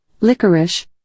licorice